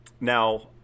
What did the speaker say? now